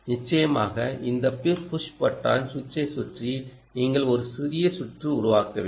நிச்சயமாக இந்த புஷ் பொத்தான் சுவிட்சைச் சுற்றி நீங்கள் ஒரு சிறிய சுற்று உருவாக்க வேண்டும்